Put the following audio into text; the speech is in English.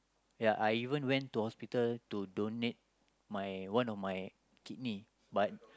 ya I even went to hospital to donate my one of my kidney but